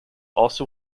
also